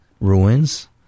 ruins